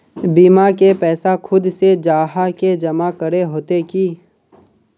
बीमा के पैसा खुद से जाहा के जमा करे होते की?